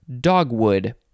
dogwood